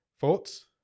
Thoughts